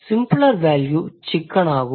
simpler value chicken ஆகும்